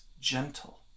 gentle